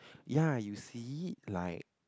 ya you see like